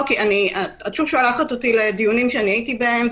את שוב שולחת אותי לדיונים שהייתי בהם,